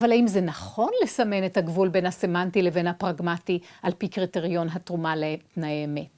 אבל האם זה נכון לסמן את הגבול בין הסמנטי לבין הפרגמטי על פי קריטריון התרומה לתנאי אמת?